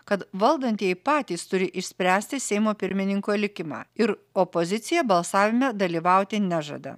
kad valdantieji patys turi išspręsti seimo pirmininko likimą ir opozicija balsavime dalyvauti nežada